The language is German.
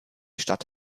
stadt